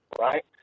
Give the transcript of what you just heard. right